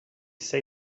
say